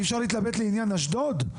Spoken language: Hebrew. אי אפשר להתלבט לעניין אשדוד.